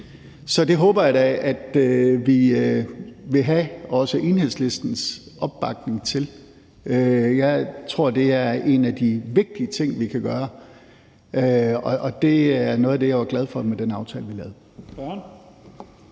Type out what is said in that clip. Så det håber jeg da at vi vil have også Enhedslistens opbakning til. Jeg tror, at det er en af de vigtige ting, vi kan gøre, og det er noget af det, jeg var glad for i den aftale, vi lavede.